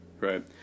right